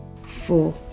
Four